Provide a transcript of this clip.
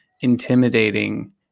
intimidating